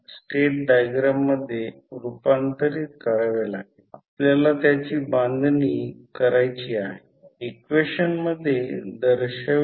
समजा ते मोजावे लागेल आणि हे लूप अशाप्रकारे घेतले आहे हे i1 घेतले आहे आणि हे एक i2 घेतले आहे